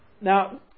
Now